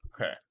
Okay